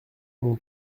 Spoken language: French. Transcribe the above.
mon